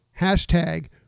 hashtag